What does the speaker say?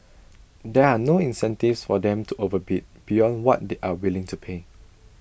there are no incentives for them to overbid beyond what they are willing to pay